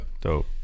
Dope